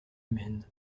humaine